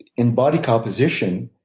in body composition,